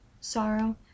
sorrow